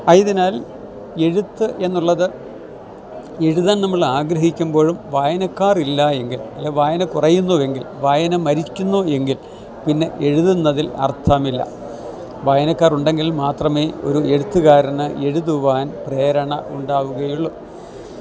ആയതിനാൽ എഴുത്ത് എന്നുള്ളത് എഴുതാൻ നമ്മൾ ആഗ്രഹിക്കുമ്പോഴും വായനക്കാരില്ലെങ്കിൽ അല്ലെങ്കില് വായന കുറയുന്നുവെങ്കിൽ വായന മരിക്കുന്നുവെങ്കിൽ പിന്നെ എഴുതുന്നതിൽ അർത്ഥമില്ല വായനക്കാരുണ്ടെങ്കിൽ മാത്രമേ ഒരു എഴുത്തുകാരന് എഴുതുവാൻ പ്രേരണയുണ്ടാവുകയുള്ളൂ